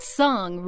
song